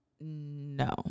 No